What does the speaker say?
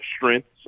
strengths